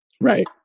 Right